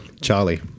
Charlie